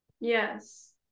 Yes